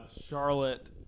Charlotte